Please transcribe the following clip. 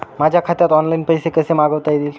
माझ्या खात्यात ऑनलाइन पैसे कसे मागवता येतील?